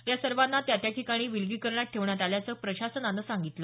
या सर्वांना त्या त्या ठिकाणी विलगीकरणात ठेवण्यात आल्याचं प्रशासनानं सांगितलं